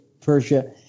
Persia